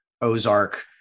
Ozark